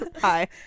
Hi